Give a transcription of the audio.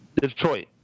Detroit